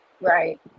Right